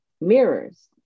mirrors